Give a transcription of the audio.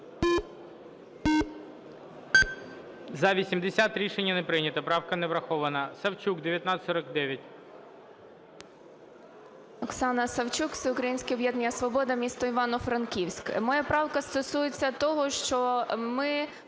За-80 Рішення не прийнято. Правка не врахована. Савчук, 1949. 11:15:54 САВЧУК О.В. Оксана Савчук, "Всеукраїнське об'єднання "Свобода", місто Івано-Франківськ. Моя правка стосується того, що ми